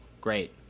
great